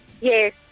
Yes